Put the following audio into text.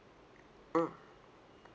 mm